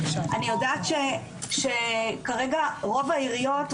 אני יודעת שכרגע רוב העיריות,